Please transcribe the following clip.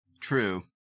True